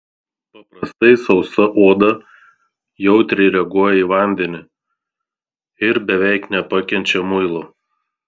paprastai sausa oda jautriai reaguoja į vandenį ir beveik nepakenčia muilo